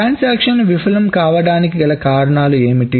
transaction లు విఫలం కావడానికి గల కారణాలు ఏమిటి